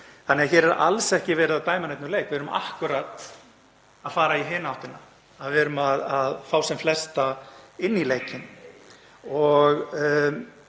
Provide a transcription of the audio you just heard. Þannig að hér er alls ekki verið að dæma neinn úr leik. Við erum akkúrat að fara í hina áttina, við erum að fá sem flesta inn í leikinn.